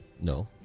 no